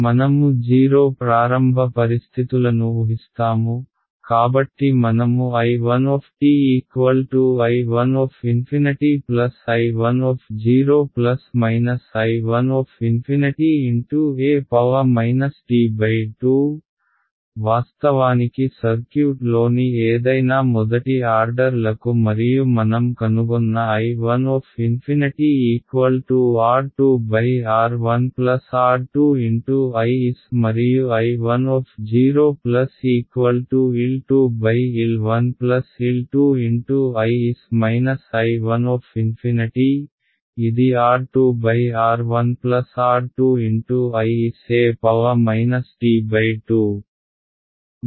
మనము 0 ప్రారంభ పరిస్థితులను ఉహిస్తాము కాబట్టి మనము I1 I1 ∞ I 1 0 I 1 ∞ e t T వాస్తవానికి సర్క్యూట్లోని ఏదైనా మొదటి ఆర్డర్ లకు మరియు మనం కనుగొన్న I 1 ∞ R 2 R 1 R 2 I s మరియు I 1 0L 2 L 1 L 2 × I s I 1 ∞ ఇది R 2 R 1 R 2 × I s e t